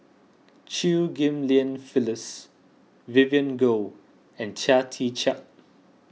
Chew Ghim Lian Phyllis Vivien Goh and Chia Tee Chiak